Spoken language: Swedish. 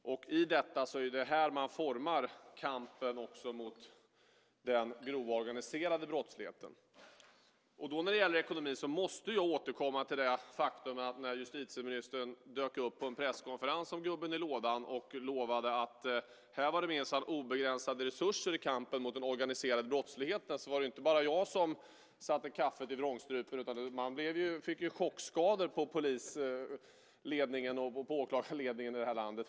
I detta ligger också hur man formar kampen mot den grova organiserade brottsligheten. När det gäller ekonomi måste jag återkomma till det faktum att justitieministern dök upp på en presskonferens som gubben i lådan och lovade att här var det minsann obegränsade resurser i kampen mot den organiserade brottsligheten. Då var det inte bara jag som satte kaffet i vrångstrupen, utan man fick ju chockskador i polisledningen och åklagarledningen i det här landet.